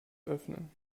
öffnen